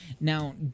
Now